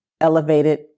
elevated